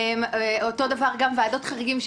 אותו דבר גם ועדות חריגים,